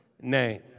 name